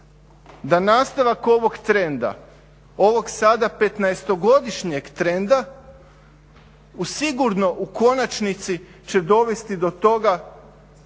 da nastavak ovog trenda ovog sada 15-godišnjeg trenda sigurno u konačnici će dovesti do toga